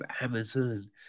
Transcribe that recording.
Amazon